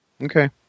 Okay